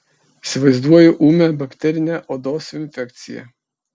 įsivaizduoju ūmią bakterinę odos infekciją